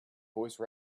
voice